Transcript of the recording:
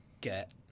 get